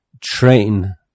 train